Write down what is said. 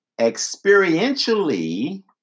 experientially